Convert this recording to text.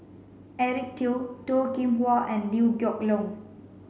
Eric Teo Toh Kim Hwa and Liew Geok Leong